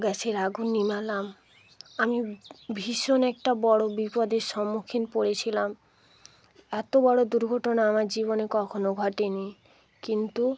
গ্যাসের আগুন নিভালাম আমি ভীষণ একটা বড় বিপদের সম্মুখীন পড়েছিলাম এত বড় দুর্ঘটনা আমার জীবনে কখনও ঘটেনি কিন্তু